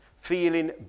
feeling